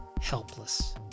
helpless